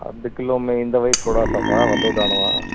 अधि किलो में ईंदव थोरा सफ़ा वॾो दाणो आहे